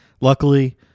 Luckily